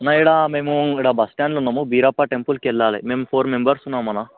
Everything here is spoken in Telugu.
అన్న ఈడ మేము ఈడ బస్ స్టాండ్లో ఉన్నాము బీరప్ప టెంపుల్కు వెళ్ళాలి మేము ఫోర్ మెంబర్స్ ఉన్నాం అన్న